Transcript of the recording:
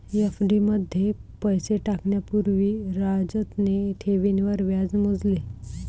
FD मध्ये पैसे टाकण्या पूर्वी राजतने ठेवींवर व्याज मोजले